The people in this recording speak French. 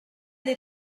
des